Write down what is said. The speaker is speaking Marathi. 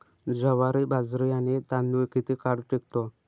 ज्वारी, बाजरी आणि तांदूळ किती काळ टिकतो?